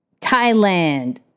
Thailand